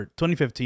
2015